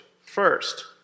First